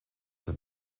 have